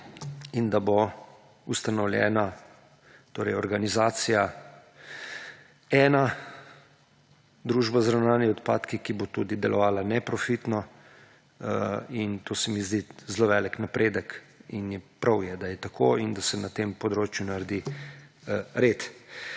in da bo ustanovljena ena družba za ravnanje z odpadki, ki bo tudi delovala neprofitno. To se mi zdi zelo velik napredek in je prav, da je tako in da se na tem področju naredi red.